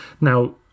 Now